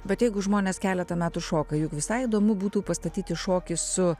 bet jeigu žmonės keletą metų šoka juk visai įdomu būtų pastatyti šokį su